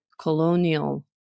colonial